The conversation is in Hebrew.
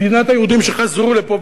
מדינת היהודים שחזרו לפה,